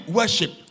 worship